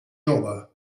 jove